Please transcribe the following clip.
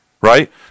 right